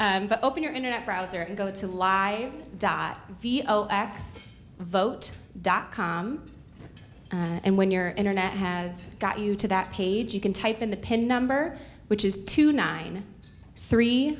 but open your internet browser and go to live dot vo x vote dot com and when your internet has got you to that page you can type in the pin number which is two nine three